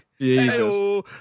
Jesus